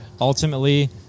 ultimately